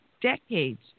decades